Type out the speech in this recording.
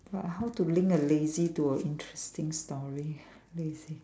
but how to link a lazy to a interesting story lazy